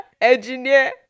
engineer